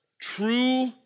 true